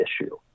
issue